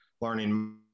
learning